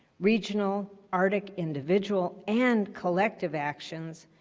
regional arctic individual and collective actions,